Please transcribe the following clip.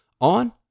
on